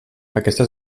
aquesta